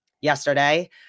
yesterday